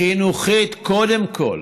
חינוכית, קודם כול,